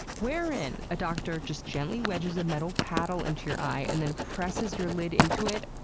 wherein a doctor just gently wedges a metal paddle into your eye and then presses your lid into it,